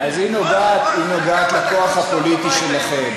אז היא נוגעת לכוח הפוליטי שלכם.